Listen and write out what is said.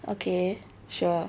okay sure